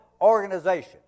organization